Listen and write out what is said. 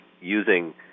using